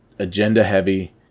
agenda-heavy